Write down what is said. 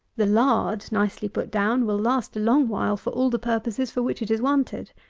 the lard, nicely put down, will last a long while for all the purposes for which it is wanted.